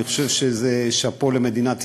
ואני חושב שזה שאפּוֹ למדינת ישראל,